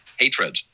hatred